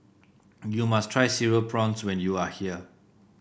you must try Cereal Prawns when you are here